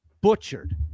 butchered